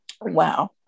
Wow